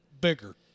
bigger